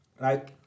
Right